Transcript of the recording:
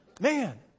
Man